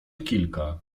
kilka